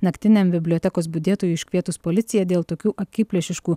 naktiniam bibliotekos budėtojui iškvietus policiją dėl tokių akiplėšiškų